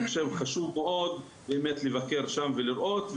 ואני חושב שחשוב מאוד לבקר שם ולראות,